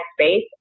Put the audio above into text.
space